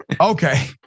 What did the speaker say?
Okay